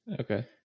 Okay